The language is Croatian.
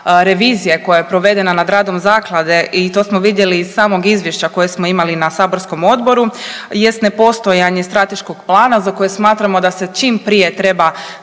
revizije koja je provedena nad radom zaklade i to smo vidjeli iz samog izvješća koje smo imali na saborskom odboru, jest ne postojanje strateškog plana za koje smatramo da se čim prije treba